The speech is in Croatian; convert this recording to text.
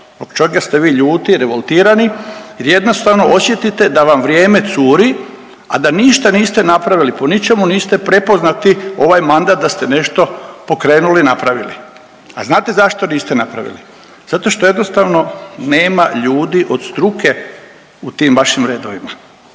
ste vi ljuti, revoltirani jer jednostavno osjetite da vam vrijeme curi, a da ništa niste napravili, po ničemu niste prepoznati ovaj mandat da ste nešto pokrenuli, napravili. A znate zašto niste napravili? Zato što jednostavno nema ljudi od struke u tim vašim redovima.